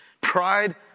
Pride